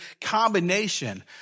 combination